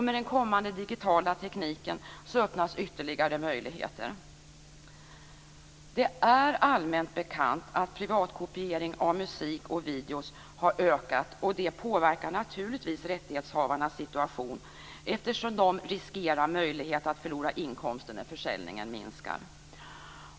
Med den kommande digitala tekniken öppnas ytterligare möjligheter. Det är allmänt bekant att privatkopiering av musik och videor har ökat, och det påverkar naturligtvis rättighetshavarnas situation eftersom de riskerar att förlora inkomster när försäljningen minskar.